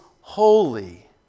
holy